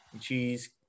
cheese